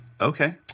Okay